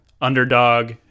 underdog